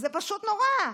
זה פשוט נורא.